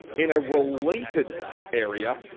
in a related area,